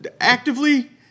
actively